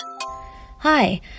Hi